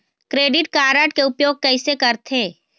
Credit card के उपयोग कैसे करथे?